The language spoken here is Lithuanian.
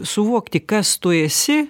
suvokti kas tu esi